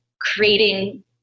creating